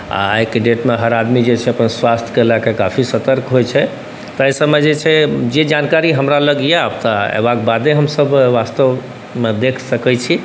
आओर आइके डेटमे हर आदमी जे छै से अपन स्वास्थ्यके लऽ कऽ काफी सतर्क होइ छै तऽ एहि सबमे जे जानकारी छै हमरा लग अइ तऽ अएलाके बादे हमसब वास्तवमे देख सकै छी